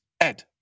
Ed